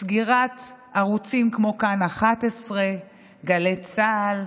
סגירת ערוצים כמו כאן 11, גלי צה"ל,